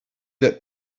that